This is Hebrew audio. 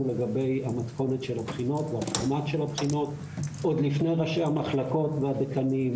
לגבי המתכונת של הבחינות עוד לפני ראשי המחלקות והדיקנים,